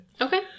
Okay